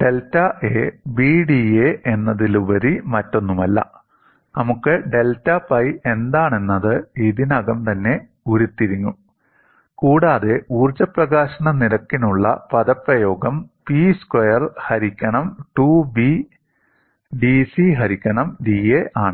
delta A "BdA" എന്നതിലുപരി മറ്റൊന്നുമല്ല നമുക്ക് ഡെൽറ്റ പൈ എന്താണെന്നത് ഇതിനകം തന്നെ ഉരുത്തിരിഞ്ഞു കൂടാതെ ഊർജ്ജ പ്രകാശന നിരക്കിനുള്ള പദപ്രയോഗം 'P സ്ക്വയർ ഹരിക്കണം 2B' 'dC ഹരിക്കണം dA' ആണ്